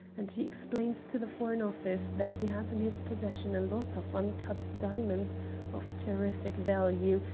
and he explains to the foreign office that he has in his possession a lot of uncut diamonds of terrific value,